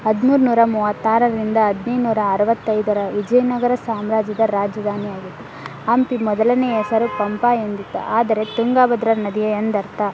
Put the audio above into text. ಹದ್ಮೂರು ನೂರಾ ಮೂವತ್ತಾರರಿಂದ ಹದ್ನೈದು ನೂರಾ ಅರವತ್ತೈದರ ವಿಜಯನಗರ ಸಾಮ್ರಾಜ್ಯದ ರಾಜಧಾನಿಯಾಗಿತ್ತು ಹಂಪಿ ಮೊದಲನೆಯ ಹೆಸರು ಪಂಪ ಎಂದಿತ್ತು ಆದರೆ ತುಂಗಭದ್ರಾ ನದಿಯೇ ಎಂದರ್ಥ